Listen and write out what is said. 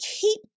keep